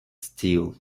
steel